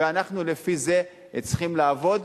ואנחנו לפי זה צריכים לעבוד.